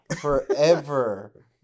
Forever